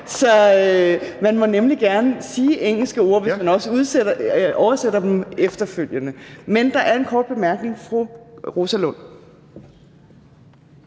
Man må nemlig gerne sige engelske ord, hvis man også oversætter dem efterfølgende. Men der er en kort bemærkning fra fru Rosa Lund.